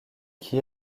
qui